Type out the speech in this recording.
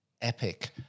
epic